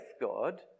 God